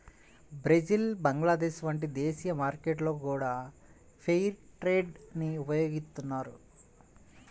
Brazil Bangladesh వంటి దేశీయ మార్కెట్లలో గూడా ఫెయిర్ ట్రేడ్ ని ఉపయోగిత్తన్నారు